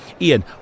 Ian